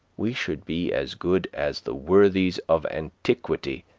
we should be as good as the worthies of antiquity,